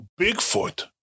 Bigfoot